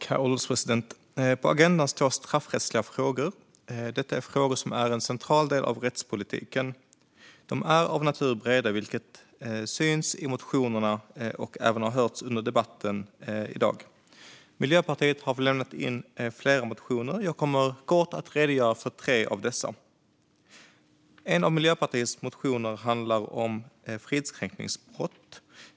Herr ålderspresident! På agendan står straffrättsliga frågor. Det är frågor som är en central del av rättspolitiken. De är av naturen breda, vilket syns i motionerna och även har hörts under debatten i dag. Miljöpartiet har lämnat in flera motioner. Jag kommer kort att redogöra för tre av dessa. En av Miljöpartiets motioner handlar om fridskränkningsbrott.